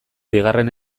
bigarren